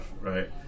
right